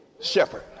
shepherd